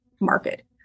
market